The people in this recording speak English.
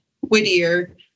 Whittier